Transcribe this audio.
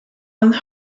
and